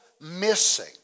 missing